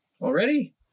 Already